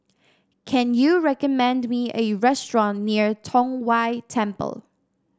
can you recommend me a restaurant near Tong Whye Temple